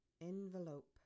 Envelope